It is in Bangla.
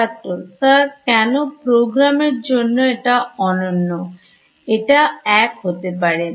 ছাত্র Sir কেন Program এর জন্য এটা অনন্য এটা এক হতে পারে